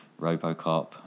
robocop